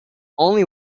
only